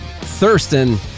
Thurston